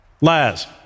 Laz